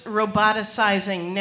roboticizing